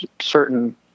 certain